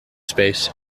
space